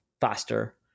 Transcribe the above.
faster